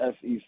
SEC